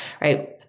Right